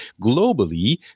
globally